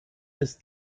ist